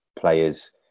players